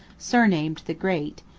surnamed the great,